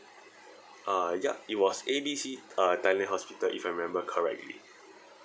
uh ya it was A B C uh thailand hospital if I remember correctly